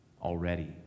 already